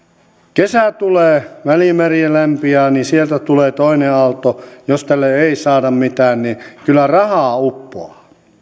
kesä tulee välimeri lämpiää niin sieltä tulee toinen aalto jos tälle ei saada mitään niin kyllä rahaa uppoaa